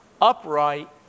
upright